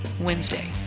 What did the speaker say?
Wednesday